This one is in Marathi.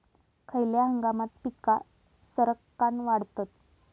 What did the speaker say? खयल्या हंगामात पीका सरक्कान वाढतत?